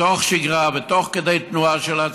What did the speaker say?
בתוך שגרה, תוך כדי תנועה של הציבור,